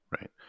right